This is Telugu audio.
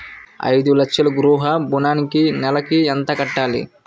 ఐదు లక్షల గృహ ఋణానికి నెలకి ఎంత కట్టాలి?